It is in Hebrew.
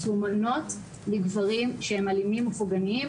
מסומנות לגברים שהם אלימים או פוגעניים.